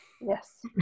Yes